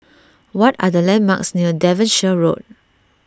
what are the landmarks near Devonshire Road